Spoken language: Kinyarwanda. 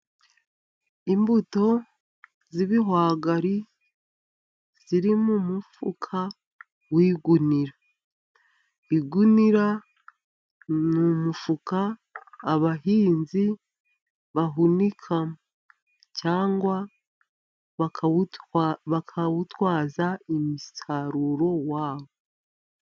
Imbuto z'ibihwagari ziri mu mufuka w'igunira. Igunira ni umufuka abahinzi bahunikamo. Cyangwa bakawutwaza umusaruro wabo.